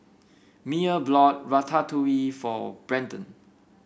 Myer bought Ratatouille for Brenden